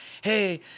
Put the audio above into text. Hey